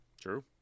True